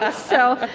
ah so,